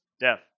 death